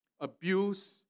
abuse